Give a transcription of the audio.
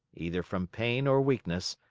either from pain or weakness,